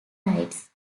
rights